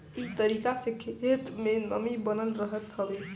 इ तरीका से खेत में नमी बनल रहत हवे